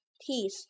teeth